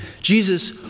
Jesus